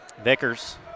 Vickers